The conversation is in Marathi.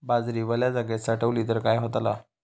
बाजरी वल्या जागेत साठवली तर काय होताला?